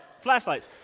flashlights